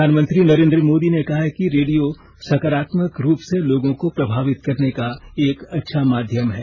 प्रधानमंत्री नरेंद्र मोदी ने कहा है कि रेडियो सकारात्मक रूप से लोगों को प्रभावित करने का एक अच्छा माध्यम है